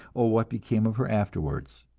or what became of her afterwards.